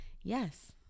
Yes